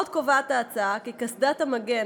עוד קובעת ההצעה כי קסדת המגן,